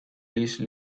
please